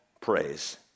praise